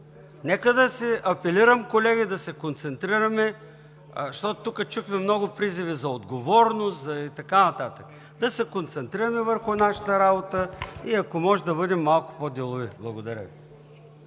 заглавието. Апелирам, колеги, да се концентрираме, защото тук чухме много призиви за отговорност и така нататък. Да се концентрираме върху нашата работа и ако може да бъдем малко по-делови. Благодаря Ви.